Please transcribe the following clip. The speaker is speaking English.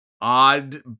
odd